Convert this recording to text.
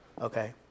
okay